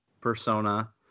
persona